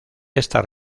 esta